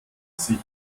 sich